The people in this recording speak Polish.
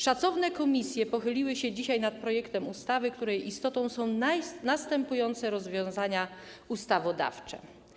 Szacowne komisje pochyliły się dzisiaj nad projektem ustawy, której istotą są następujące rozwiązania ustawodawcze.